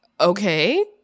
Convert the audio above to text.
okay